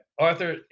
Arthur